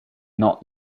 not